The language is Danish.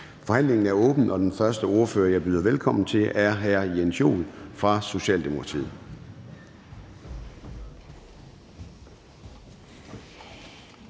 Forhandlingen er åbnet, og den første ordfører, jeg byder velkommen til, er hr. Jens Joel fra Socialdemokratiet.